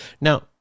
now